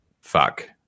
fuck